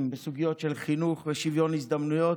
בסוגיות של חינוך ושוויון הזדמנויות.